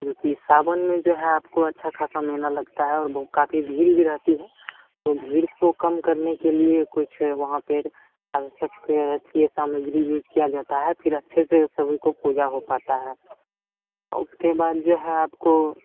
जोकि सावन में जो है आपको अच्छा खासा मेला लगता है और काफ़ी भीड़ भी रहती है तो भीड़ को कम करने के लिए कुछ वहाँ पर आवश्यक सामग्री यूज की जाती है फिर अच्छे से सभी की पूजा हो पाती है उसके बाद जो है आपको